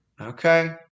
Okay